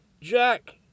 Jack